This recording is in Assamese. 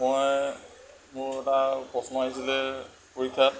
মই মোৰ এটা প্ৰশ্ন আহিছিলে পৰীক্ষাত